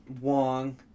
Wong